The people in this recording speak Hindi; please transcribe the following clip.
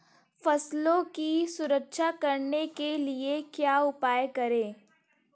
फसलों की सुरक्षा करने के लिए क्या उपाय करें?